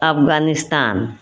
Afghanistan